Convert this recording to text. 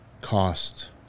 cost